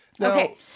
Okay